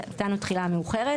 נתנו תחילה מאוחרת.